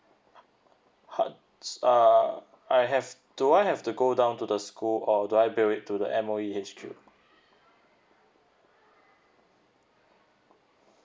uh I have do I have to go down to the school or do I bill it to the M_O_E H_Q